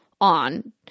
on